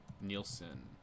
Nielsen